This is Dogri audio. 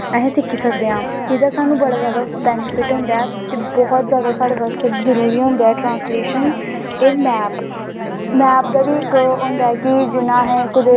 ते उनेंगी तुस पुच्छी सकदे ओ कि अपनें घर बिच्च माल रक्खनें दा केह् फैदा ऐ अपनैं घर च गौ रक्खनें दा केह् फैदा ऐ हिन्दू धर्म च एह् गल्ल ऐ कि हर घर बिच्च इक गौ होनीं गै होनीं चाही दी सब तो बड़ा गल्ल ऐ